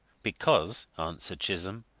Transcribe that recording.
because, answered chisholm,